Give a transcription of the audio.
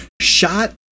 shot